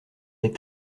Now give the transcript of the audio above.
est